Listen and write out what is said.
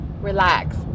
relax